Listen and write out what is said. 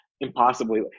impossibly